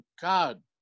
God